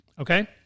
Okay